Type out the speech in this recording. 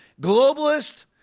globalist